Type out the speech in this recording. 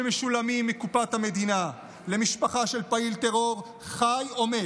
שמשולמות מקופת המדינה למשפחה של פעיל טרור חי או מת